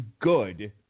good